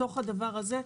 בתוך הדבר הזה,